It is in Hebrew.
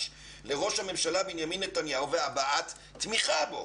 לראש הממשלה בנימין נתניהו והבעת תמיכה בו,